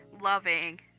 loving